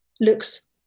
looks